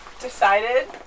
decided